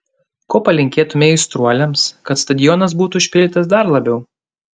ko palinkėtumei aistruoliams kad stadionas būtų užpildytas dar labiau